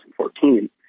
2014